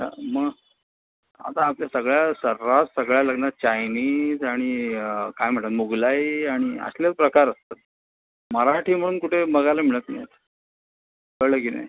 हां मग आता आपल्या सगळ्या सर्रास सगळ्या लग्नात चायनीज आणि काय म्हणतात मोगलाई आणि असलेच प्रकार असतात मराठी म्हणून कुठे बघायला मिळत नाही कळलं की नाही